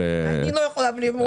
אני לא יכולה בלי אמוציות.